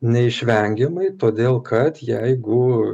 neišvengiamai todėl kad jeigu